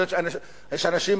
יש אנשים